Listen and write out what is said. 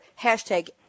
hashtag